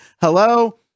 Hello